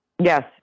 Yes